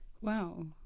wow